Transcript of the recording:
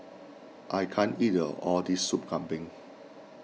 I can't eat the all this Soup Kambing